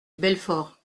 belfort